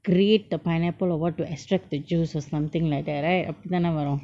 grate the pineapple or what to extract the juice or something like that right அப்புடி தான வரு:appudi thaana varu